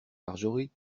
marjorie